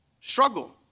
struggle